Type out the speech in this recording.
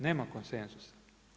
Nema konsenzusa.